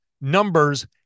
numbers